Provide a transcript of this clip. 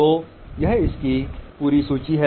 तो यह इसकी पूरी सूची है